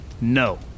No